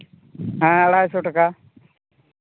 ᱦᱮᱸ ᱟᱲᱟᱭᱥᱚ ᱴᱟᱠᱟ